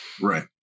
Right